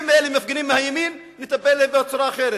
אם אלה מפגינים מהימין, נטפל בצורה אחרת.